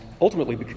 ultimately